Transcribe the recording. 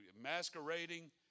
masquerading